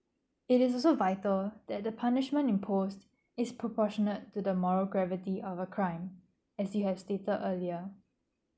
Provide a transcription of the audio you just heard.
it is also vital that the punishment imposed is proportionate to the moral gravity of a crime as you have stated earlier